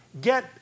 get